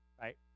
right